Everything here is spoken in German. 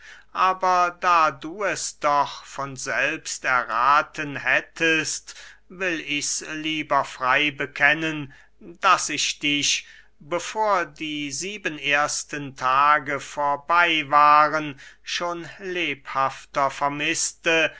aber da du es doch von selbst errathen hättest will ichs lieber frey bekennen daß ich dich bevor die sieben ersten tage vorbey waren schon lebhafter vermißte